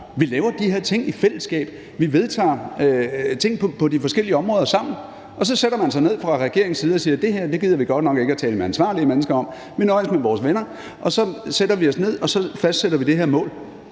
vi laver de her ting i fællesskab. Vi vedtager ting på de forskellige områder sammen, og så sætter man sig ned fra regeringens side og siger: Det her gider vi godt nok ikke at tale med ansvarlige mennesker om; vi nøjes med vores venner, og så sætter vi os ned og fastsætter det her mål.